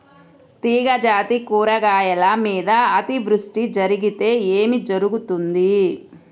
తీగజాతి కూరగాయల మీద అతివృష్టి జరిగితే ఏమి జరుగుతుంది?